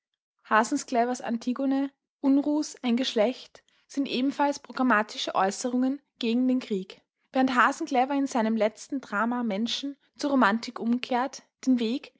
hasenclevers antigone unruhs ein geschlecht sind ebenfalls programmatische äußerungen gegen den krieg während hasenclever in seinem drama menschen zur romantik umkehrt den weg